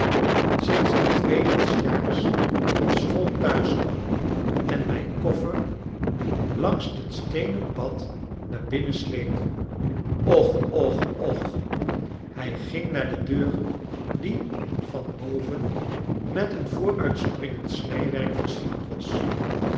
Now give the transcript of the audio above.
sinds ik tweemaal s jaars van school tbuis kwam en mijn koffer iangs het steenen pad naar binnen sleepte och och och hij ging naar de deur die van boven met een vooruitspringend snijvverk versierd was